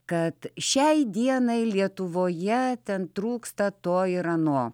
kad šiai dienai lietuvoje ten trūksta to ir ano